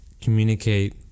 communicate